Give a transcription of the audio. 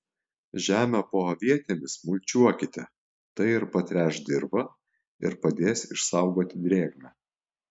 žemę po avietėmis mulčiuokite tai ir patręš dirvą ir padės išsaugoti drėgmę